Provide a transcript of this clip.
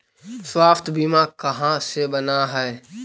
स्वास्थ्य बीमा कहा से बना है?